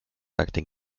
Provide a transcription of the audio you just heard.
acting